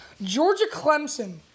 Georgia-Clemson